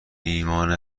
ایمان